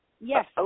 Yes